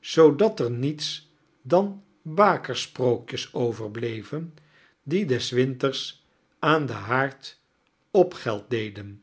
zoodat er niets dan bakersprookjes overbleven die das winters aan den haard opgeld deden